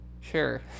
Sure